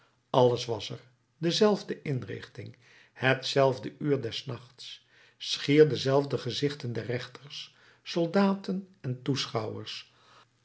alles was er dezelfde inrichting hetzelfde uur des nachts schier dezelfde gezichten der rechters soldaten en toeschouwers